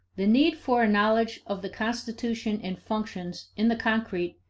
the need for a knowledge of the constitution and functions, in the concrete,